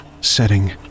setting